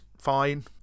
fine